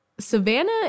savannah